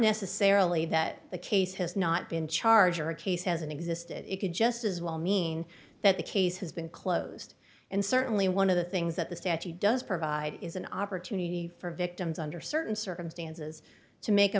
necessarily that the case has not been charged or a case hasn't existed it could just as well mean that the case has been closed and certainly one of the things that the statute does provide is an opportunity for victims under certain circumstances to make a